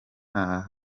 nta